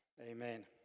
Amen